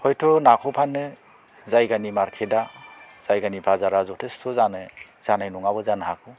हयथ' नाखौ फाननो जायगानि मारकेटआ जायगानि बाजारआ ज'थेस्थ' जानो जानाय नङाबो जानो हागौ